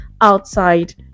outside